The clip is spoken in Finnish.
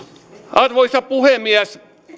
arvoisa puhemies